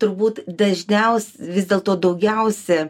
turbūt dažniaus vis dėlto daugiausi